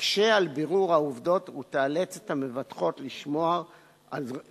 תקשה על בירור העובדות ותאלץ את המבטחות לשמור רזרבות